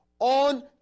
on